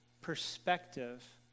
perspective